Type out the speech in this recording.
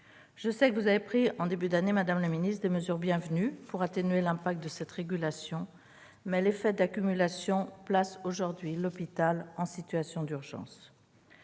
ministre, que vous avez pris en début d'année des mesures bienvenues pour atténuer l'impact de cette régulation. Cependant, l'effet d'accumulation place aujourd'hui l'hôpital en situation d'urgence.